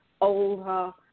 older